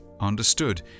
understood